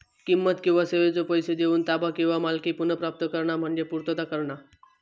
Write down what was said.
किंमत किंवा सेवेचो पैसो देऊन ताबा किंवा मालकी पुनर्प्राप्त करणा म्हणजे पूर्तता करणा